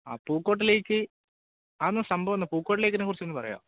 ആ പൂക്കോട്ടിലേക്ക് അതെന്താ സംഭവമെന്താണ് പൂക്കോട്ട് ലേക്കിനെക്കുറിച്ചൊന്നു പറയാമോ